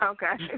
Okay